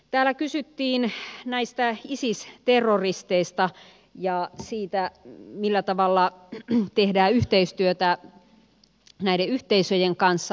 täällä kysyttiin näistä isis terroristeista ja siitä millä tavalla tehdään yhteistyötä näiden yhteisöjen kanssa